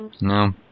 No